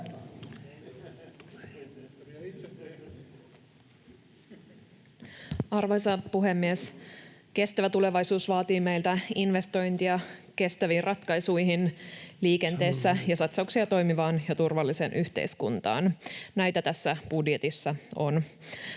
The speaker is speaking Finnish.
Arvoisa puhemies! Kestävä tulevaisuus vaatii meiltä investointia kestäviin ratkaisuihin liikenteessä ja satsauksia toimivaan ja turvalliseen yhteiskuntaan. Näitä tässä budjetissa on.